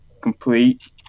complete